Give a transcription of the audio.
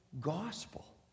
gospel